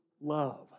love